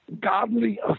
godly